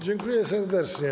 Dziękuję serdecznie.